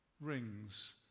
rings